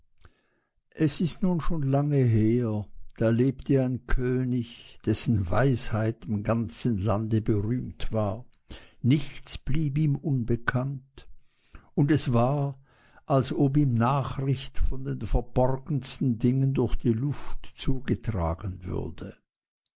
es ist nun schon lange her da lebte ein könig dessen weisheit im ganzen lande berühmt war nichts blieb ihm unbekannt und es war als ob ihm nachricht von den verborgensten dingen durch die luft zugetragen würde